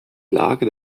lage